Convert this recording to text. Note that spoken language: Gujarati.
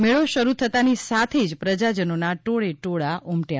મેળો શરૂ થતાં ની સાથે જ પ્રજાજનોના ટોળે ટોળા ઉમટ્યા